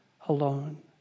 alone